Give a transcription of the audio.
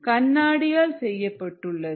கண்ணாடியால் செய்யப்பட்டுள்ளது